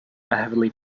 heavily